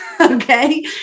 okay